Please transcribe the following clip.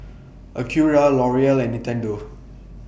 Acura L'Oreal and Nintendo